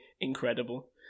incredible